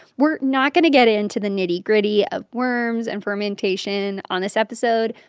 we're not going to get into the nitty-gritty of worms and fermentation on this episode,